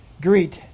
Greet